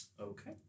Okay